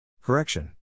Correction